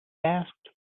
asked